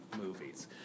movies